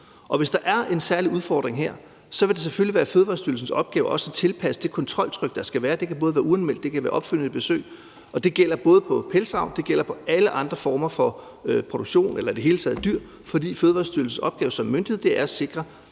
Hvis der er en særlig udfordring her, vil det selvfølgelig være Fødevarestyrelsens opgave også at tilpasse det kontroltryk, der skal være. Det kan både være med uanmeldt og opfølgende besøg, og det gælder både i forhold til pelsdyravl og alle andre former for produktion eller dyr i det hele taget, fordi Fødevarestyrelsens opgave som myndighed er at sikre